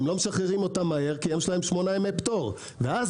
הם לא משחררים אותה מהר כי יש להם 8 ימי פטור ואז